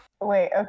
wait